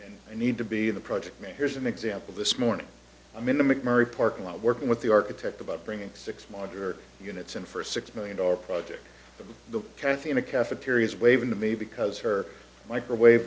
it's i need to be the project may here's an example this morning i'm in the mcmurry parking lot working with the architect about bringing six monitor units in for six million dollar project from the cafe in a cafeterias waving to me because her microwave